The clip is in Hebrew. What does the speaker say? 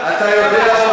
אתה יודע?